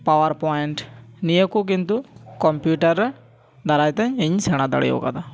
ᱯᱟᱣᱭᱟᱨ point ᱱᱤᱭᱟ ᱠᱚ ᱠᱤᱱᱛᱩ ᱠᱚᱢᱯᱤᱭᱩᱴᱟᱨ ᱨᱮ ᱫᱟᱨᱟᱭ ᱛᱮ ᱤᱧ ᱥᱮᱬᱟ ᱫᱟᱲᱮ ᱟᱠᱟᱫᱟ